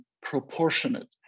proportionate